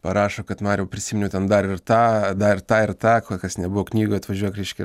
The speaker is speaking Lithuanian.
parašo kad mariau prisiminiau ten dar ir tą dar tą ir tą ko kas nebuvo knygoj atvažiuok reiškia